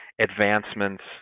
advancements